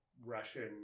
Russian